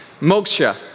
moksha